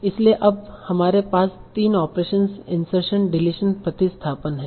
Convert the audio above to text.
इसलिए अब तक हमारे पास 3 ऑपरेशन इंसर्शन डिलीशन प्रतिस्थापन है